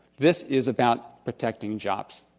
this is about protecting jobs.